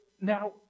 now